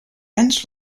anys